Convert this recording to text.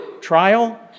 trial